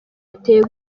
biteye